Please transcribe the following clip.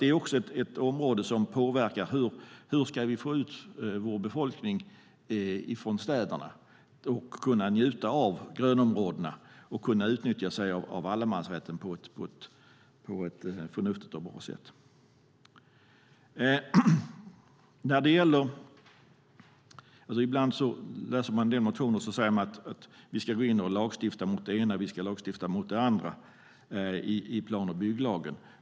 Det är ett område som påverkar hur vi ska få ut vår befolkning från städerna så att de kan njuta av grönområdena och utnyttja allemansrätten på ett förnuftigt och bra sätt. I en del motioner kan man läsa att vi ska gå in och lagstifta mot än det ena, än det andra i plan och bygglagen.